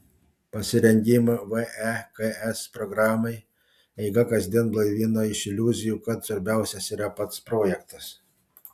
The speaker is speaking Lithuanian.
pasirengimo veks programai eiga kasdien blaivino iš iliuzijų kad svarbiausias yra pats projektas